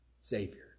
Savior